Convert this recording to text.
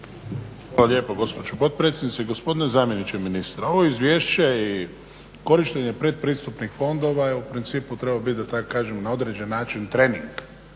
Hvala lijepo gospođo potpredsjednice. Gospodine zamjeniče ministra, ovo Izvješće i korištenje predpristupnih fondova je u principu trebao biti da tako kažem na određen način trening